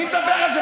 מי מדבר על זה?